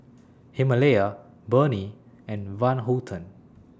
Himalaya Burnie and Van Houten